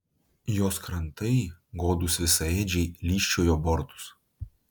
jos krantai godūs visaėdžiai lyžčiojo bortus